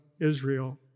Israel